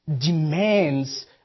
demands